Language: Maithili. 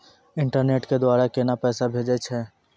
इंटरनेट के द्वारा केना पैसा भेजय छै?